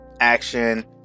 action